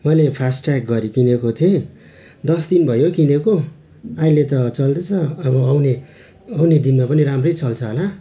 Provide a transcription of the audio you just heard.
मैले फास्टट्रेक घडी किनेको थिएँ दस दिन भयो किनेको अहिले त चल्दैछ अब आउने आउने दिनमा पनि राम्रै चल्छ होला